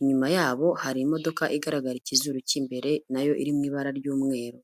inyuma yabo hari imodoka igaragara ikizuru cy'imbere na yo iri mu ibara ry'umweru.